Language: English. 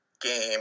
game